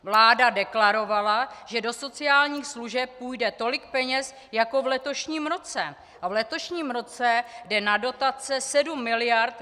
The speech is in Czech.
Vláda deklarovala, že do sociálních služeb půjde tolik peněz jako v letošním roce a v letošním roce jde na dotace 7 mld. 350 mil.